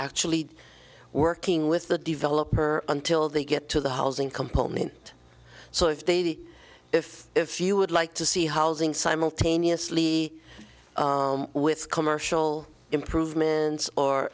actually working with the developer until they get to the housing component so if they if if you would like to see housing simultaneously with commercial improvements or